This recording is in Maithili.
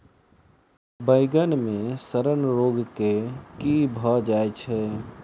बइगन मे सड़न रोग केँ कीए भऽ जाय छै?